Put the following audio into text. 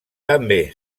també